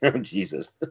Jesus